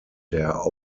der